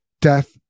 death